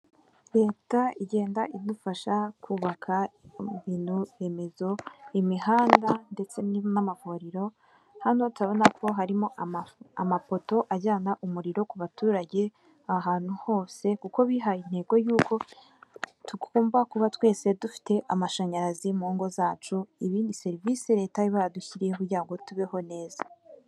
Leta igenda idufasha kubaka ibintu remezo, imihanda ndetse n'amavuriro. Hano turahabona ko harimo amapoto ajyana umuriro ku baturage ahantu hose kuko bihaye intego yuko tugomba kuba twese dufite amashanyarazi mu ngo zacu. Ibi ni serivisi Leta iba yadushyiriyeho kugira ngo tubeho neza.